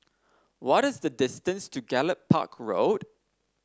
what is the distance to Gallop Park Road